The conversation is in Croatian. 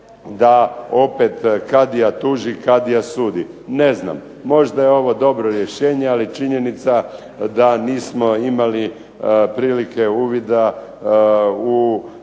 da opet Kadija tući, Kadija sudi. Ne znam. Možda je ovo dobro rješenja ali je činjenica da nismo imali prilike uvida u